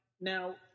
now